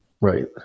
Right